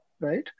right